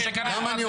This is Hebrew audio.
זה שקר וכזב,